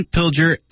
Pilger